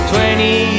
Twenty